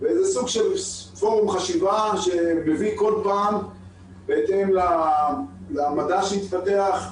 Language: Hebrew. וזה סוג של פורום חשיבה שמביא כל פעם בהתאם למדע שהתפתח.